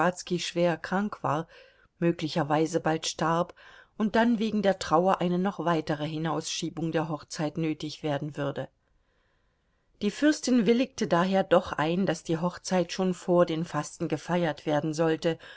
schwerkrank war möglicherweise bald starb und dann wegen der trauer eine noch weitere hinausschiebung der hochzeit nötig werden würde die fürstin willigte daher doch ein daß die hochzeit schon vor den fasten gefeiert werden sollte